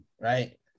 right